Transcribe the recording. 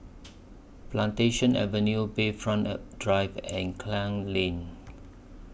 Plantation Avenue Bayfront Drive and Klang Lane